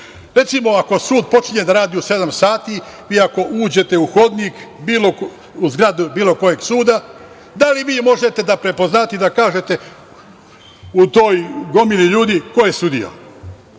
Recimo, ako sud počinje da radi u sedam sati, vi ako uđete u hodnik, u zgradu bilo kojeg suda, da li vi možete da prepoznate i da kažete u toj gomili ljudi ko je sudija?